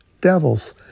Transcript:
devils